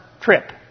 trip